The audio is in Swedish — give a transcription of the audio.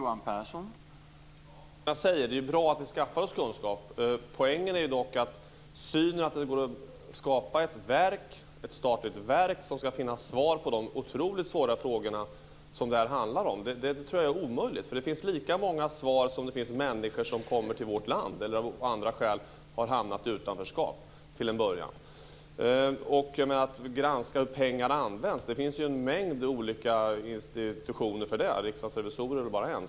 Herr talman! Som jag säger, är det bra att vi skaffar oss kunskap. Poängen är dock att jag tror att det är omöjligt att skapa ett statligt verk som kan finna svar på de otroligt svåra frågor som det här handlar om. Det finns lika många svar som det finns människor som kommer till vårt land eller som av andra skäl har hamnat i utanförskap. Det finns en mängd olika institutioner som granskar hur pengar används, och Riksdagens revisorer är bara en.